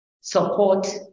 support